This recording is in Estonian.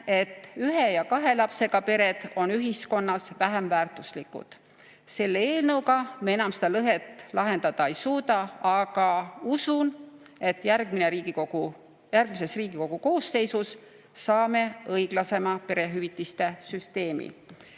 et ühe ja kahe lapsega pered on ühiskonnas vähem väärtuslikud. Selle eelnõuga me enam seda lõhet lahendada ei suuda, aga usun, et järgmises Riigikogu koosseisus saame õiglasema perehüvitiste süsteemi.